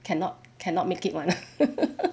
cannot cannot make it [one]